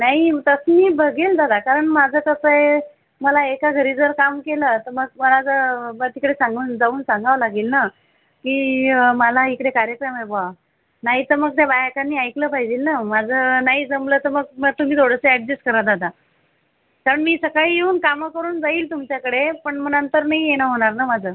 नाही तसं मी बघेल दादा कारण माझं कसं आहे मला एका घरी जर काम केलं तर मग मला जर तिकडे सांगून जाऊन सांगावं लागेल नं की मला इकडे कार्यक्रम आहे बुवा नाहीतर मग त्या बायकांनी ऐकलं पाहिजे नं माझं नाही जमलं तर मग मग तुम्ही थोडंसं ॲडजेस्ट करा दादा सर मी सकाळी येऊन कामं करून जाईल तुमच्याकडे पण मग नंतर नाही येणं होणार नं माझं